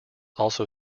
also